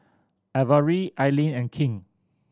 Averie Ailene and King